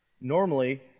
Normally